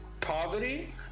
poverty